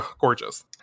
gorgeous